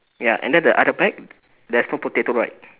ya and then the other bag there's no potato right